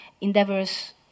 endeavors